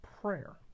prayer